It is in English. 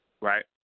right